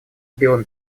белом